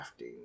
crafting